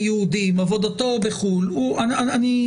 יהודים, עבודתו היא בחוץ לארץ.